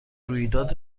رویداد